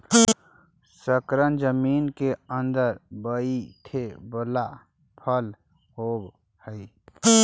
शकरकन जमीन केअंदर बईथे बला फल होब हई